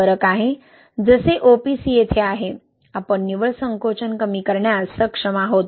एक फरक आहे जसे OPC येथे आहे आपणं निव्वळ संकोचन कमी करण्यास सक्षम आहोत